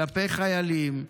כלפי חיילים,